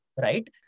right